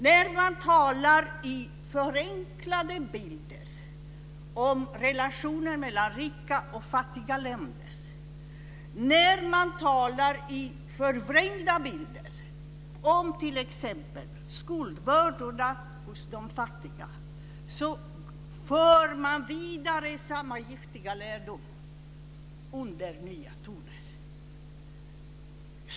När man talar i förenklade bilder om relationen mellan rika och fattiga länder, när man talar i förvrängda bilder om t.ex. de fattigas skuldbörda, för man vidare samma giftiga lärdom under nya toner.